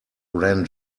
ran